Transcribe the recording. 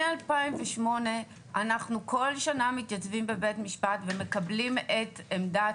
מ-2008 אנחנו כל שנה מתייצבים בבית משפט ומקבלים את עמדת,